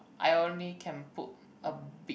I only can put a bit